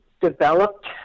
developed